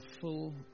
full